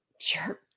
Sure